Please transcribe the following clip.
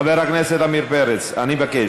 חבר הכנסת עמיר פרץ, אני מבקש.